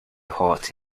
hot